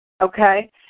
okay